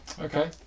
Okay